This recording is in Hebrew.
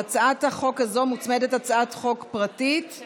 להצעת החוק הזאת מוצמדת הצעת חוק פרטית של